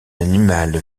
animal